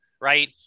Right